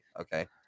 okay